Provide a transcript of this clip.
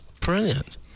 Brilliant